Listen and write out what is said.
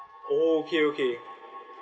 oh okay okay